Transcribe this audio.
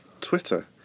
Twitter